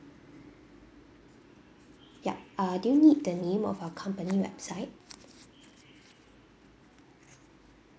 yup uh do you need the name of our company website